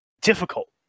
difficult